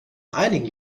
einigen